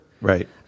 right